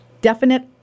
definite